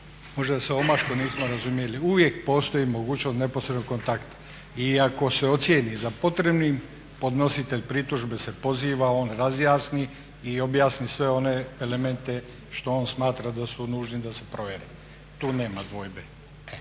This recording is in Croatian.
Možda se omaklo, nismo razumjeli, uvijek postoji mogućnost neposrednog kontakta. I ako se ocjeni za potrebnim podnositelj pritužbe se poziva, on razjasni i objasni sve one elemente što on smatra da su nužni da se provede. Tu nema dvojbe.